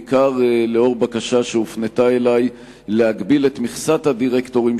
בעיקר לאור בקשה שהופנתה אלי להגביל את מכסת הדירקטורים